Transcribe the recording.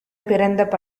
பிறந்த